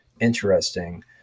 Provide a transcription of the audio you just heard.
interesting